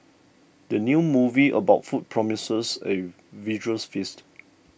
the new movie about food promises a visuals feast